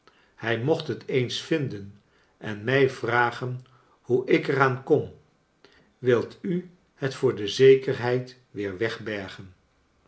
hij mocht het eens vinden en mij vragen hoe ik er aan kom wilt u het voor de zekerheid weer wegbergen